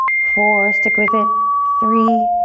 four, stick with it, three,